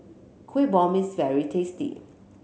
Kuih Bom is very tasty